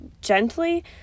gently